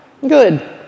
Good